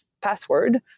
password